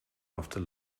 after